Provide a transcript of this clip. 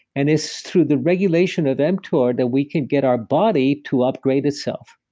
and it's through the regulation of mtor that we can get our body to upgrade itself.